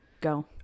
Go